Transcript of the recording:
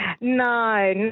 No